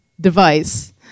device